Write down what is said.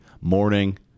morning